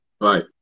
Right